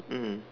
mmhmm